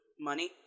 money